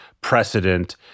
precedent